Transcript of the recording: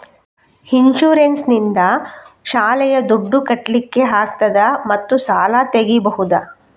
Insurance ನಿಂದ ಶಾಲೆಯ ದುಡ್ದು ಕಟ್ಲಿಕ್ಕೆ ಆಗ್ತದಾ ಮತ್ತು ಸಾಲ ತೆಗಿಬಹುದಾ?